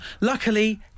Luckily